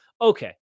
Okay